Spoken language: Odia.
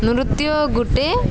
ନୃତ୍ୟ ଗୋଟେ